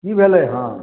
की भेलै हँ